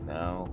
now